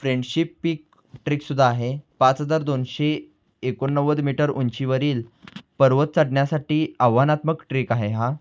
friendship Peak ट्रेकसुद्धा आहे पाच हजार दोनशे एकोणनव्वद मीटर उंचीवरील पर्वत चढण्यासाठी आव्हानात्मक ट्रेक आहे हा